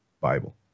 bible